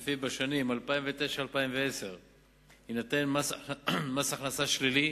ולפיו בשנים 2009 2010 יינתן מס הכנסה שלילי